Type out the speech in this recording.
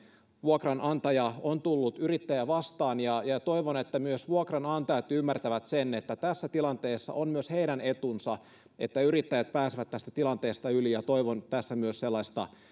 vuokranantaja on tullut yrittäjää vastaan ja ja toivon että myös vuokranantajat ymmärtävät sen että tässä tilanteessa on myös heidän etunsa että yrittäjät pääsevät tästä tilanteesta yli ja toivon tässä myös sellaista